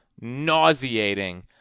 nauseating